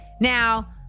Now